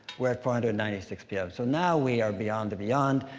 we're at four hundred and ninety six ppm. so now, we are beyond the beyond.